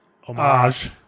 homage